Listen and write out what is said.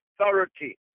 authority